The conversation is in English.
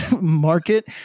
market